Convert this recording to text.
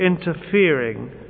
interfering